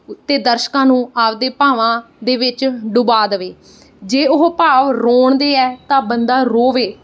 ਅਤੇ ਦਰਸ਼ਕਾਂ ਨੂੰ ਆਪਣੇ ਭਾਵਾਂ ਦੇ ਵਿੱਚ ਡੁਬਾ ਦਵੇ ਜੇ ਉਹ ਭਾਵ ਰੋਣ ਦੇ ਹੈ ਤਾਂ ਬੰਦਾ ਰੋਵੇ